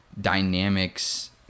dynamics